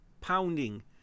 pounding